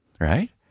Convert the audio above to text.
right